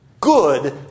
good